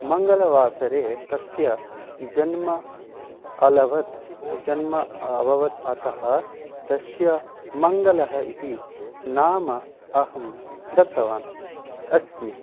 मङ्गलवासरे तस्य जन्म अलभत जन्म अभवत् अतः तस्य मङ्गलः इति नाम अहं दत्तवान् अस्मि